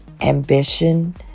ambition